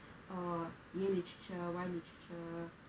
uh ஏன்:yaen literature why literature